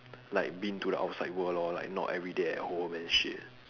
like been to the outside world lor like not everyday at home and shit